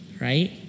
Right